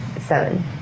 seven